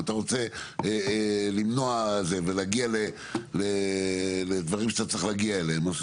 אם אתה רוצה למנוע ולהגיד לדברים שאתה צריך להגיע אליהם.